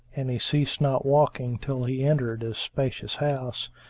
and he ceased not walking till he entered a spacious house,